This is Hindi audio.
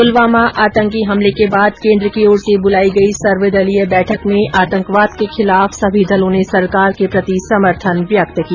पुलवामा आतंकी हमले के बाद केन्द्र की ओर से बुलाई गई सर्वदलीय बैठक में आतंकवाद के खिलाफ सभी दलों ने सरकार के प्रति समर्थन व्यक्त किया